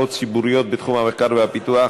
תעבור לוועדת העבודה,